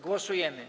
Głosujemy.